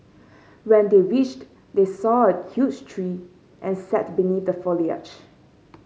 when they reached they saw a huge tree and sat beneath the foliage